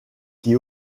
qui